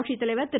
ஆட்சித்தலைவர் திரு